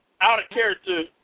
out-of-character